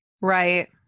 Right